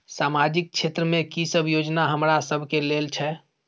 सामाजिक क्षेत्र में की सब योजना हमरा सब के लेल छै?